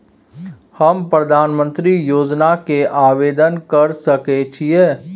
हम प्रधानमंत्री योजना के आवेदन कर सके छीये?